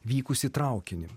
vykusį traukinį